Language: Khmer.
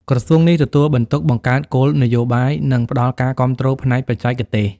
ក្រសួងនេះទទួលបន្ទុកបង្កើតគោលនយោបាយនិងផ្តល់ការគាំទ្រផ្នែកបច្ចេកទេស។